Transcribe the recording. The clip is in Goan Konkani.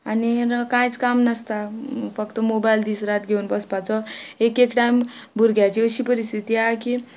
आनी कांयच काम नासता फक्त मोबायल दिसरात घेवन बसपाचो एक एक टायम भुरग्याची अशी परिस्थिती आहा की